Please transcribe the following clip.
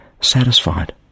satisfied